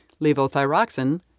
levothyroxine